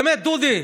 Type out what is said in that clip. באמת, דודי,